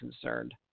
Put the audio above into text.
concerned